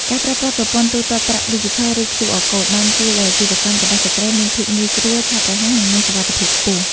ការប្រើប្រាស់ប្រព័ន្ធទូទាត់ប្រាក់ឌីជីថល ឬ QR Code បានជួយឱ្យអាជីវកម្មរបស់ស្ត្រីមានភាពងាយស្រួល ឆាប់រហ័ស និងមានសុវត្ថិភាពខ្ពស់។